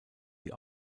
die